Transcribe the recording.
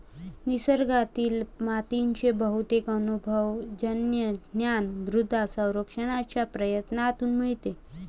निसर्गातील मातीचे बहुतेक अनुभवजन्य ज्ञान मृदा सर्वेक्षणाच्या प्रयत्नांतून मिळते